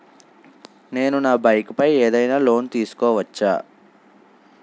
నేను నా బైక్ పై ఏదైనా లోన్ తీసుకోవచ్చా?